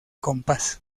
compás